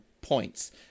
points